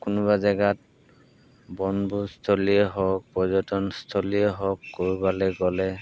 কোনোবা জেগাত বনভোজস্থলীয়ে হওক পৰ্যটনস্থলীয়ে হওক ক'ৰবালে গ'লে